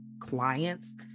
clients